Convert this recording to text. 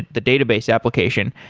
the database application,